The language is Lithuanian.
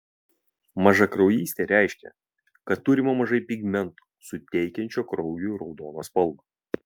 mažakraujystė reiškia kad turima mažai pigmento suteikiančio kraujui raudoną spalvą